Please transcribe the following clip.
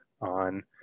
on